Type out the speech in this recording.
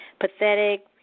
pathetic